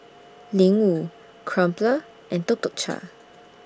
Ling Wu Crumpler and Tuk Tuk Cha